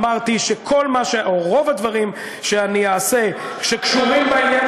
אמרתי שכל או רוב הדברים שאעשה שקשורים בעניין